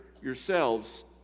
yourselves